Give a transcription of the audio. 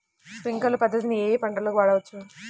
Sprinkler పద్ధతిని ఏ ఏ పంటలకు వాడవచ్చు?